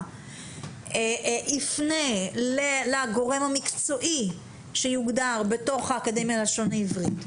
יפנה לגורם המקצועי שיוגדר בתוך האקדמיה ללשון עברית,